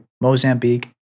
Mozambique